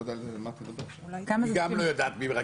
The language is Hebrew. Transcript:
כנראה שגם היא מתלבטת מי מרכזת את האופוזיציה.